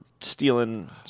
stealing